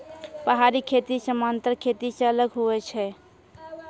पहाड़ी खेती समान्तर खेती से अलग हुवै छै